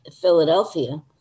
Philadelphia